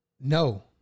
No